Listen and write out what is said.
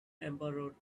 emperor